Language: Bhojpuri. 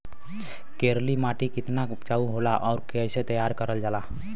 करेली माटी कितना उपजाऊ होला और कैसे तैयार करल जाला?